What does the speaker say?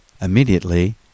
immediately